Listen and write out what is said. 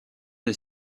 des